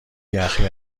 یخی